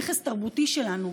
נכס תרבותי שלנו.